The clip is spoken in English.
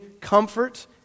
comfort